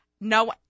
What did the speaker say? No